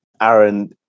Aaron